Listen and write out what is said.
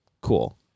Cool